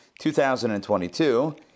2022